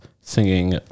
singing